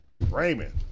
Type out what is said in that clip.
Raymond